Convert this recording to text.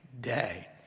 day